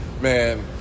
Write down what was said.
Man